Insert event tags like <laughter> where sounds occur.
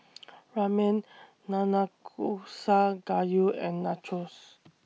<noise> Ramen Nanakusa Gayu and Nachos